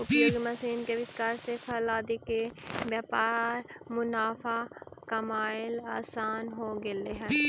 उपयोगी मशीन के आविष्कार से फल आदि के व्यापार में मुनाफा कमाएला असान हो गेले हई